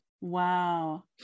Wow